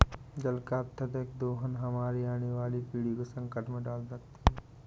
जल का अत्यधिक दोहन हमारे आने वाली पीढ़ी को संकट में डाल सकती है